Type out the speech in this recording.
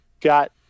got